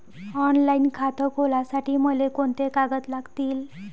Online खातं खोलासाठी मले कोंते कागद लागतील?